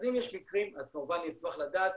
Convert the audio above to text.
אז אם יש מקרים כמובן נשמח לדעת,